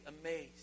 amazed